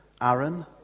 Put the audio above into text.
Aaron